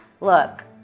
look